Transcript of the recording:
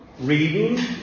Reading